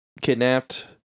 kidnapped